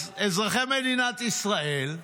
אז אזרחי מדינת ישראל,